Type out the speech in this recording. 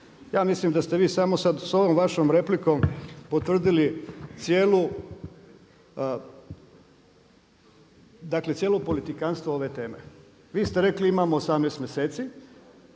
Ja mislim da ste vi samo sada sa ovom vašom replikom potvrdili cijelu, dakle cijelo politikantstvo ove teme. Vi ste rekli imamo 18 mjeseci,